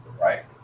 right